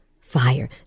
fire